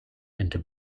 into